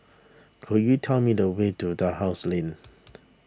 could you tell me the way to Dalhousie Lane